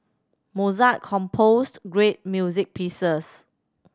Mozart composed great music pieces